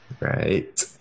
right